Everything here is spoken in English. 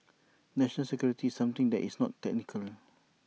national security is something that is not technical